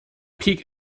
peak